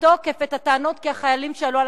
בתוקף את הטענות כי החיילים שעלו על